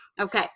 Okay